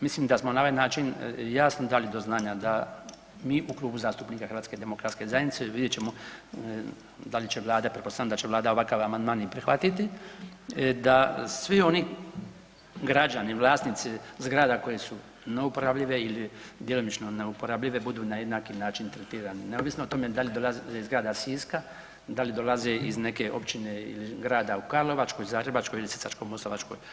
Mislim da smo na ovaj način jasno dali do znanja da mi u Klubu zastupnika HDZ-a vidjet ćemo da li će Vlada, pretpostavljam da će Vlada ovakav amandman i prihvatiti, da svi oni građani, vlasnici zgrada koje su neuporabljive ili djelomično neuporabljive budu na jednaki način tretirani neovisno o tome da li dolazili iz grada Siska, da li dolaze iz neke općine ili grada u Karlovačkoj, Zagrebačkoj ili Sisačko-moslavačkoj županiji.